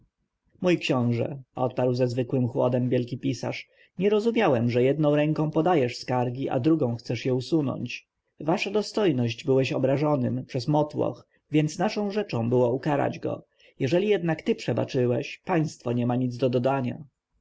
książę odparł ze zwykłym chłodem wielki pisarz nie rozumiałem że jedną ręką podajesz skargi a drugą chcesz je usunąć wasza dostojność byłeś obrażonym przez motłoch więc naszą rzeczą było ukarać go jeżeli jednak ty przebaczyłeś państwo nie ma nic do dodania